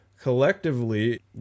collectively